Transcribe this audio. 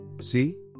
see